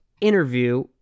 interview